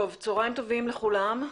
צוהריים טובים לכולם.